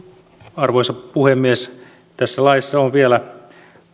arvoisa puhemies tässä laissa on vielä